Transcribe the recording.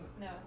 No